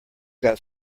got